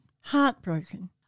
Heartbroken